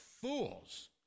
fools